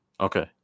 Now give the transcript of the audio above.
okay